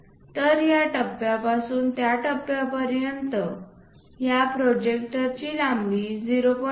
तर या टप्प्यापासून त्या टप्प्यापर्यंत या प्रोजेक्टरची लांबी 0